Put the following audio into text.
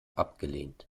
abgelehnt